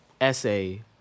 essay